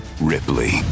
Ripley